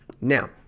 Now